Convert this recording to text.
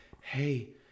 hey